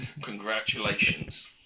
congratulations